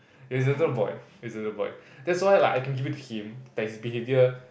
he's little boy he's little boy that's why like I can give it to him that his behavior